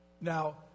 Now